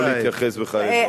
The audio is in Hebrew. ולא להתייחס בכלל לדבריו.